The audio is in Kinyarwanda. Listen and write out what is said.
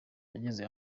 yageze